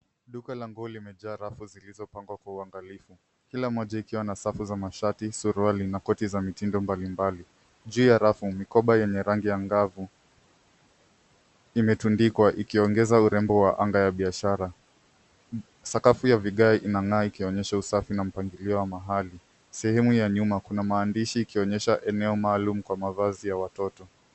Duka la nguo limejaa rafu zilizopangwa kwa uangalifu kila moja ikiwa na safu za mashati, suruali na koti za mtindo mbalimbali. Juu ya rafu mikoba yenye rangi angavu imetundikwa ikiongeza urembo wa anga ya biashara. Sakafu ya vigae inang'aa ikionyesha usafi na mpangilio wa mahali. Sehemu ya nyuma kuna maandishi ikionyesha eneo maalum kwa mavazi ya watoto.